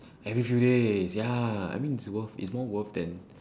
every few days ya I mean it's worth it's more worth then